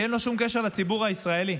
שאין לו שום קשר לציבור הישראלי.